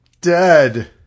dead